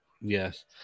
Yes